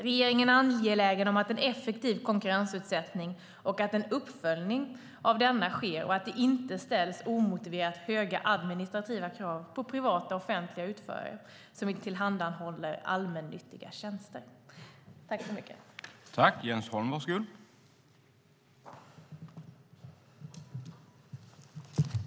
Regeringen är angelägen om att en effektiv konkurrensutsättning och uppföljning av denna sker och att det inte ställs omotiverat höga administrativa krav på privata och offentliga utförare som tillhandahåller allmännyttiga tjänster. Då Jonas Sjöstedt, som framställt interpellationen, anmält att han var förhindrad att närvara vid sammanträdet medgav andre vice talmannen att Jens Holm i stället fick delta i överläggningen.